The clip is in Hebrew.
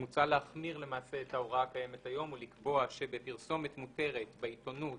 מוצע להחמיר את ההוראה הקיימת היום ולקבוע שבפרסומת מותרת בעיתונות